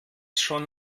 schon